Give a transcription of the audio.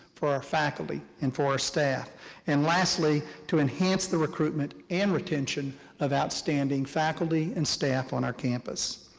for our faculty, and for our staff and lastly, to enhance the recruitment and retention of outstanding faculty and staff on our campus.